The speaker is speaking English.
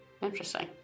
interesting